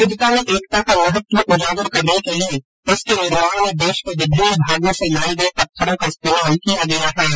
विविधता में एकता का महत्व उजागर करने के लिए इसके निर्माण में देश के विभिन्न भागों से लाए गए पत्थरों का इस्तेमाल किया गया है